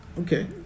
Okay